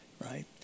right